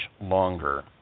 longer